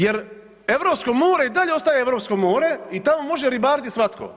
Jer europsko more i dalje ostaje europsko more i tamo može ribariti svatko.